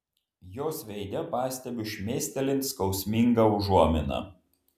jos veide pastebiu šmėstelint skausmingą užuominą